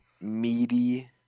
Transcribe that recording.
meaty